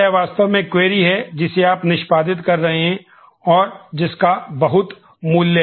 वास्तविक रिलेशन है जिसे आप निष्पादित कर रहे हैं और जिसका बहुत मूल्य है